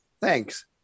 Thanks